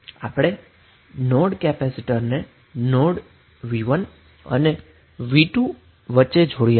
તેથી આ રીતે આપણે નોડ કેપેસિટરને નોડ v1 અને v2 વચ્ચે જોડ્યા છે